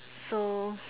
so